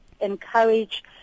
encourage